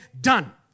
done